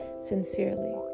sincerely